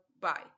Bye